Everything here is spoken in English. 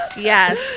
Yes